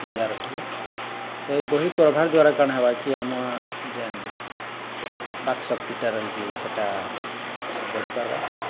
ମଜା ରହିଚେ ତ ଇ ବହି ପଢ଼୍ବାର ଦ୍ୱାରା କାଣା ହେବାକି ଆମ ଯେନ୍ ବାକ୍ଶକ୍ତିଟା ରହିଚେ ସେଟା ବଢ଼ିପାର୍ବା